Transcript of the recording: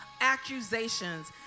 accusations